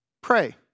Pray